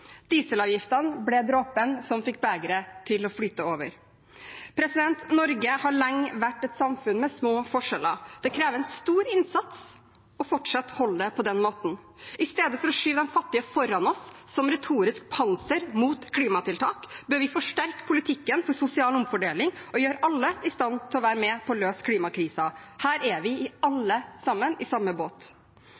ble dråpen som fikk begeret til å flyte over. Norge har lenge vært et samfunn med små forskjeller. Det krever en stor innsats for fortsatt å holde det på den måten. Istedenfor å skyve de fattige foran oss som et retorisk panser mot klimatiltak bør vi forsterke politikken for sosial omfordeling og gjøre alle i stand til å være med på å løse klimakrisen. Her vi alle i